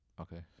Okay